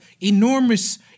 enormous